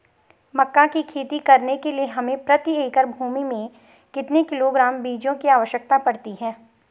मक्का की खेती करने के लिए हमें प्रति एकड़ भूमि में कितने किलोग्राम बीजों की आवश्यकता पड़ती है?